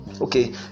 Okay